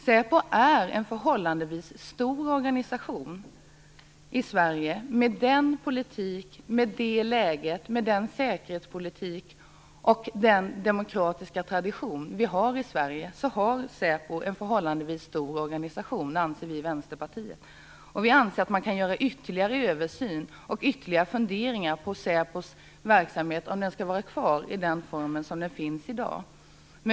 Säpo har en förhållandevis stor organisation med tanke på den politik, det läge, den säkerhetspolitik och den demokratiska tradition vi har i Sverige. Vi i Vänsterpartiet anser att man kan göra en ytterligare översyn och fundera ytterligare på om Säpos verksamhet skall vara kvar i den form den har i dag.